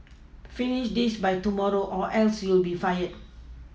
finish this by tomorrow or else you'll be fired